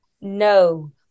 No